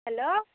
hello